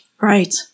Right